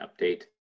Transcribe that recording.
update